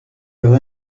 leur